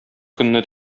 көнне